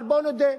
אבל בואו נודה: